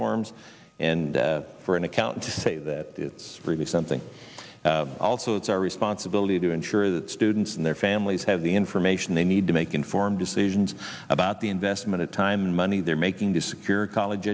forms and for an account to say that it's really something also it's our responsibility to ensure that students and their families have the information they need to make informed decisions about the investment of time and money they're making to secure a college